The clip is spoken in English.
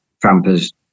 trampers